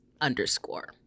underscore